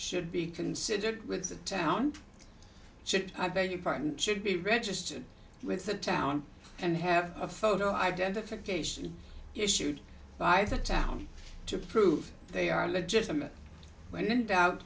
should be considered with the town i beg your pardon should be registered with the town and have a photo identification issued by the town to prove they are legitimate when in doubt